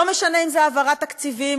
לא משנה אם זה העברת תקציבים,